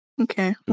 Okay